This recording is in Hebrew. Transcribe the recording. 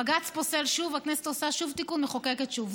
בג"ץ פוסל שוב, הכנסת עושה שוב תיקון, מחוקקת שוב.